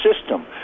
system